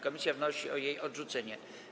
Komisja wnosi o jej odrzucenie.